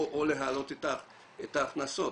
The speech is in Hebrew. או להעלות את ההכנסות,